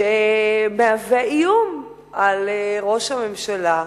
שמהווה איום על ראש הממשלה,